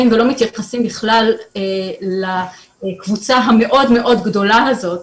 ולא מתייחסים בכלל לקבוצה המאוד מאוד גדולה הזאת